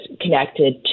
connected